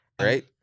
right